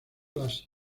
las